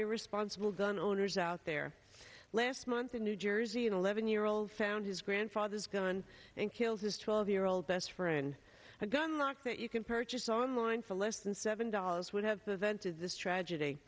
irresponsible gun owners out there last month in new jersey an eleven year old found his grandfather's gun and killed his twelve year old best friend a gun lock that you can purchase online for less than seven dollars would have t